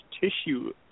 tissue